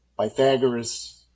Pythagoras